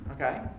Okay